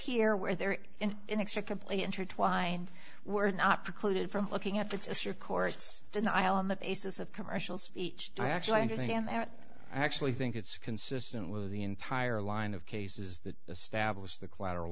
here where there inextricably intertwined we're not precluded from looking at the district courts denial on the basis of commercial speech to actually understand that i actually think it's consistent with the entire line of cases that established the collateral